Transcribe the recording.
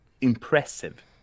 impressive